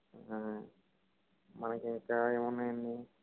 మనకు ఇంకా ఏమున్నాయండి